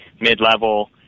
mid-level